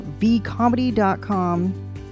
vcomedy.com